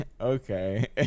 okay